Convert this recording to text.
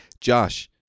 Josh